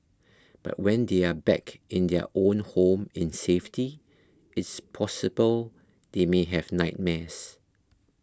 but when they are back in their own home in safety it's possible they may have nightmares